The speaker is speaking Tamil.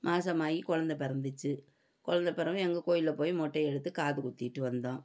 மாதமாயி கொழந்த பிறந்துச்சு கொழந்த பிறந்தனோனே எங்க கோயிலில் போய் மொட்டை எடுத்து காதுக்குத்திவிட்டு வந்தோம்